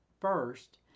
First